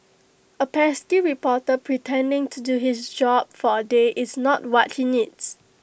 A pesky reporter pretending to do his job for A day is not what he needs